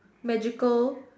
magical